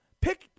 pick